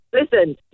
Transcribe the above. listen